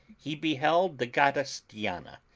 he beheld the goddess diana,